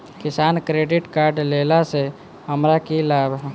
किसान credit card लेला सऽ हमरा की लाभ?